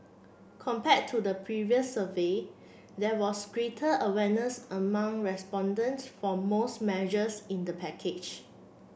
compared to the previous survey there was greater awareness among respondents for most measures in the package